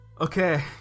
Okay